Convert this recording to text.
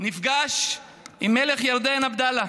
ניפגש עם מלך ירדן עבדאללה.